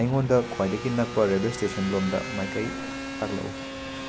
ꯑꯩꯉꯣꯟꯗ ꯈ꯭ꯋꯥꯏꯗꯒꯤ ꯅꯛꯄ ꯔꯦꯜꯋꯦ ꯁ꯭ꯇꯦꯁꯟꯂꯣꯝꯗ ꯃꯥꯏꯀꯩ ꯇꯥꯛꯂꯛꯎ